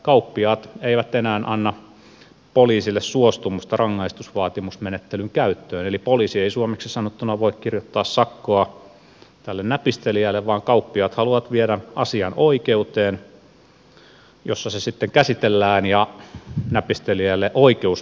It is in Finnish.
kauppiaat eivät enää anna poliisille suostumusta rangaistusvaatimusmenettelyn käyttöön eli poliisi ei suomeksi sanottuna voi kirjoittaa sakkoa tälle näpistelijälle vaan kauppiaat haluavat viedä asian oikeuteen jossa se sitten käsitellään ja näpistelijälle oikeus määrää sakon